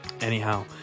anyhow